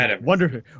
Wonderful